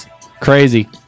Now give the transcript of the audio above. Crazy